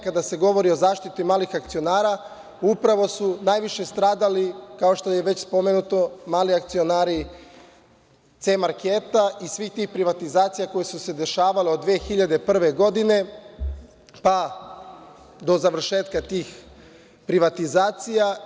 Kada se govori o zaštiti malih akcionara, upravo su najviše stradali, ako što je već spomenuto, mali akcionari „C-marketa“ i svih tih privatizacija koje su se dešavale od 2001. godine pa do završetka tih privatizacija.